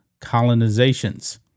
colonizations